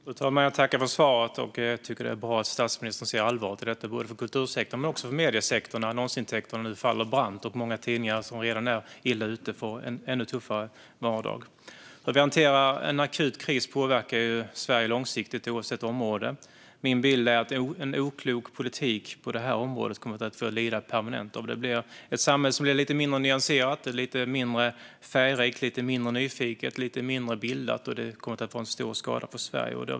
Fru talman! Jag tackar för svaret och tycker att det är bra att statsministern ser allvaret i detta för kultursektorn men också för mediesektorn, där annonsintäkterna nu faller brant och många tidningar som redan är illa ute får en ännu tuffare vardag. Hur vi hanterar en akut kris påverkar Sverige långsiktigt, oavsett område. Min bild är att en oklok politik på detta område kommer vi att få lida av permanent. Samhället blir lite mindre nyanserat, lite mindre färgrikt, lite mindre nyfiket och lite mindre bildat, och det kommer att göra stor skada på Sverige.